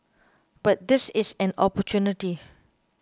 but this is an opportunity